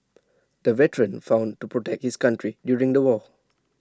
the veteran found to protect his country during the war